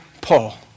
Paul